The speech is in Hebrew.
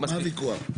מה הוויכוח פה?